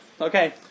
Okay